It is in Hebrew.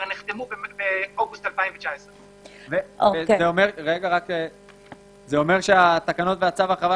נחתמו באוגוסט 2019. זה אומר שהתקנות וצו ההרחבה,